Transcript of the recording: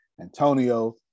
Antonio